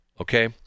Okay